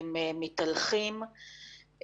הם מתהלכים.